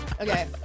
Okay